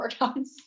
workouts